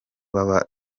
b’aba